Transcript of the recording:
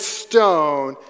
stone